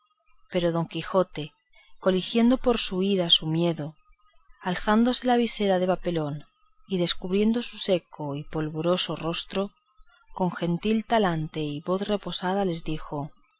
pero don quijote coligiendo por su huida su miedo alzándose la visera de papelón y descubriendo su seco y polvoroso rostro con gentil talante y voz reposada les dijo